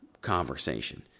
conversation